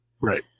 Right